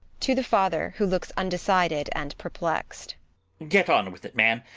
to the father, who looks undecided and per plexed get on with it, man!